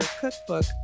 cookbook